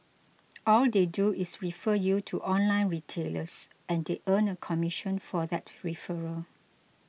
all they do is refer you to online retailers and they earn a commission for that referral